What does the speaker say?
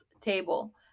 table